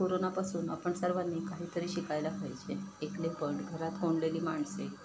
कोरोनापासून आपण सर्वांनी काहीतरी शिकायला पाहिजे एकलेपण घरात कोंडलेली माणसे